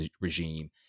regime